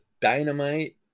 Dynamite